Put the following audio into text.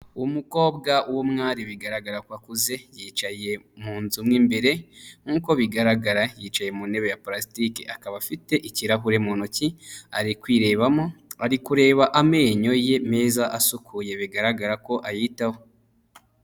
Umukobwa w'umwari bigaragara ko akuze, yicaye mu nzu mo imbere nkuko bigaragara yicaye mu ntebe ya parasitike; akaba afite ikirahure mu ntoki ari kwirebamo, ari kureba amenyo ye meza asukuye bigaragara ko ayitaho.